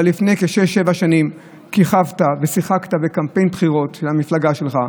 אבל לפני שש-שבע שנים כיכבת ושיחקת בקמפיין בחירות של המפלגה שלך.